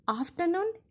afternoon